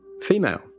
female